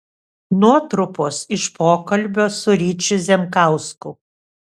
nuotrupos iš pokalbio su ryčiu zemkausku